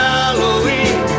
Halloween